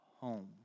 home